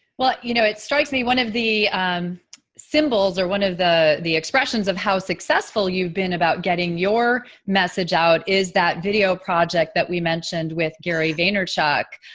well, you know, it strikes me one of the um symbols are one of the the expressions of how successful you've been about getting your message out is that video project that we mentioned with gary vaynerchuk.